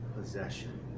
possession